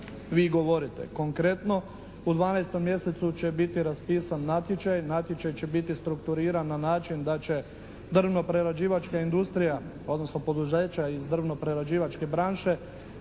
vi govorite. Konkretno, u dvanaestom mjesecu će biti raspisan natječaj. Natječaj će biti strukturiran na način da će drvno-prerađivačka industrija odnosno poduzeća iz drvno-prerađivačke branše